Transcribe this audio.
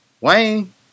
Wayne